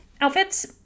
outfits